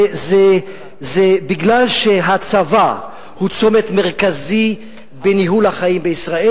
זה מפני שהצבא הוא צומת מרכזי בניהול החיים בישראל,